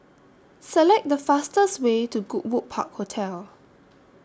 Select The fastest Way to Goodwood Park Hotel